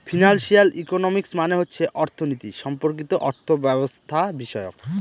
financial economics মানে হচ্ছে অর্থনীতি সম্পর্কিত অর্থব্যবস্থাবিষয়ক